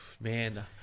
Man